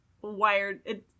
Wired